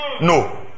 No